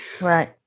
Right